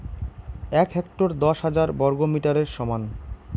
এক হেক্টর দশ হাজার বর্গমিটারের সমান